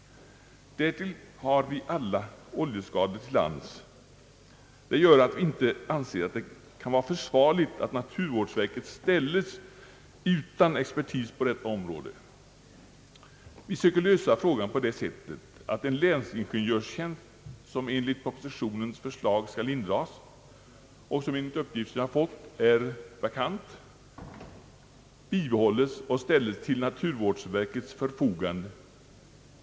Därtill kommer alla oljeskador till lands. Allt detta gör att vi inte anser det vara försvarligt att naturvårdsverket ställes utan expertis på detta område. Vi söker lösa frågan på det sättet, att en länsingenjörstjänst, som enligt propositionens förslag skall indragas och som enligt uppgift är vakant, bibehålles och ställes till naturvårdsverkets förfogande.